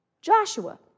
Joshua